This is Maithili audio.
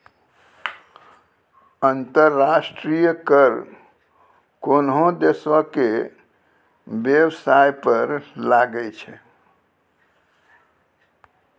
अंतर्राष्ट्रीय कर कोनोह देसो के बेबसाय पर लागै छै